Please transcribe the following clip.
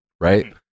Right